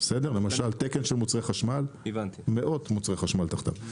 למשל תקן של מוצרי חשמל מאות מוצרי חשמל תחתיו.